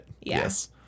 Yes